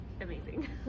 amazing